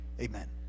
Amen